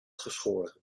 geschoren